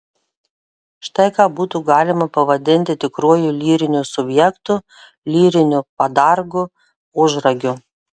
štai ką būtų galima pavadinti tikruoju lyriniu subjektu lyriniu padargu ožragiu